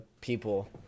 people